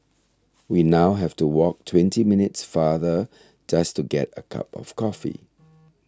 we now have to walk twenty minutes farther just to get a cup of coffee